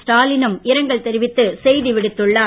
ஸ்டாலி னும் இரங்கல் தெரிவித்து செய்தி விடுத்துள்ளார்